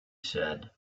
said